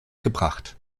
gebracht